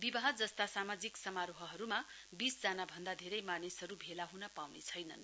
विवाह जस्ता सामाजिक समारोहहरुमा वीस जना भन्दा धेरै मानिसहरु भेला हृन पाउने छैनन्